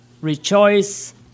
rejoice